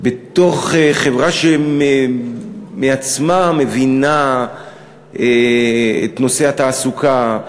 בתוך חברה שמעצמה מבינה את נושא התעסוקה,